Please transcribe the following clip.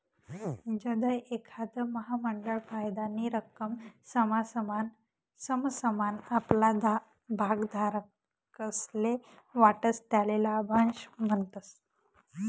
जधय एखांद महामंडळ फायदानी रक्कम समसमान आपला भागधारकस्ले वाटस त्याले लाभांश म्हणतस